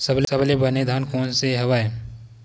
सबले बने धान कोन से हवय?